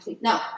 no